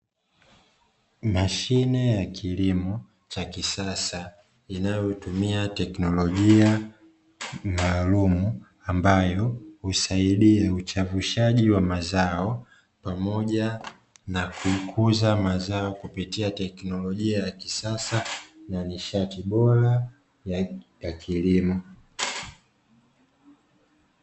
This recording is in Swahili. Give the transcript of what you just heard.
Mashine ya kilimo cha kisasa inayotumia teknolojia maalumu ambayo husaidia uchavushaji wa mazao, pamoja na kukuza mazao kupitia teknolojia ya kisasa na nishati bora ya kilimo.